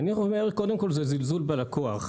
אני אומר שזה קודם כל זלזול בלקוח,